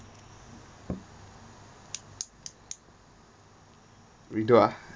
redo ah